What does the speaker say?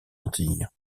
antilles